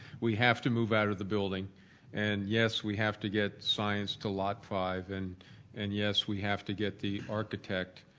we have to move out of the building and yes, we have to get science to lot five and and yes, we have to get the architect